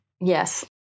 Yes